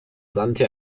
sandte